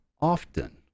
often